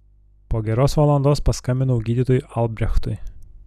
po geros valandos paskambinau gydytojui albrechtui